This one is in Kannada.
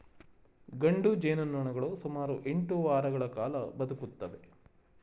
ಗಂಡು ಜೇನುನೊಣಗಳು ಸುಮಾರು ಎಂಟು ವಾರಗಳ ಕಾಲ ಬದುಕುತ್ತವೆ